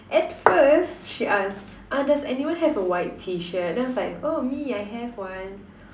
at first she ask uh does any one have a white T-shirt then I was like oh me I have one